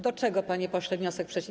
Do czego, panie pośle, wniosek przeciwny?